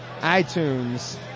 iTunes